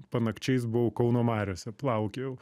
panakčiais buvau kauno mariose plaukiojau